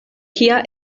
kia